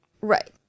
right